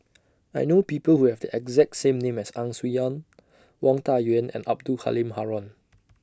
I know People Who Have The exact same name as Ang Swee Aun Wang Dayuan and Abdul Halim Haron